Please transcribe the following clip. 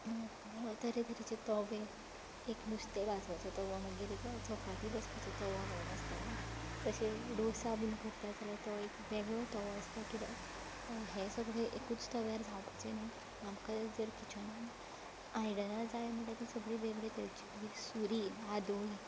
तरेतरेचे तवे एक नुस्तें भाजपाचो तवो मागीर एक चपाती भाजपाचो तवो म्हूण आसता तशेंच डोसा बी करता जाल्यार तो एक वेगळो तवो आसता कित्याक हें सगले एकूच तव्यार जावपाचें ना आमकां जर किचनान आयदनां जाय म्हणटा ती वेगळे तरेची मागीर सुरी आदोळी